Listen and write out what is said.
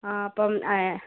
ആ അപ്പം